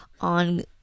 on